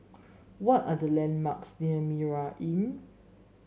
what are the landmarks near Mitraa Inn